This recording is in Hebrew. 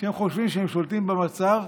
כשהם חושבים שהם שולטים במצב,